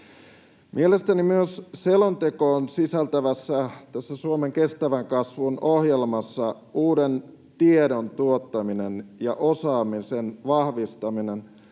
Mielestäni myös selontekoon sisältyvässä Suomen kestävän kasvun ohjelmassa uuden tiedon tuottaminen ja osaamisen vahvistaminen